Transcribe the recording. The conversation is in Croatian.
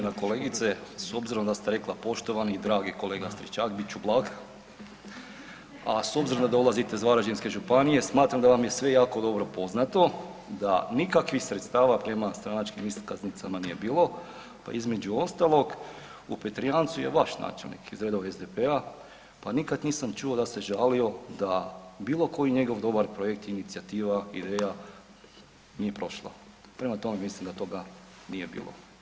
Uvažena kolegice, s obzirom da ste rekla poštovani i dragi kolega Stričak, bit ću blag, a s obzirom da dolazite iz Varaždinske županije smatram da vam je sve jako dobro poznato da nikakvih sredstava prema stranačkim iskaznicama nije bilo, pa između ostalog u Petrijancu je vaš načelnik iz redova SDP-a, pa nikad nisam čuo da se žalio da bilo koji njegov dobar projekt, inicijativa, ideja nije prošla, prema tome mislim da toga nije bilo.